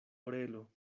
orelo